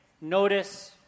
notice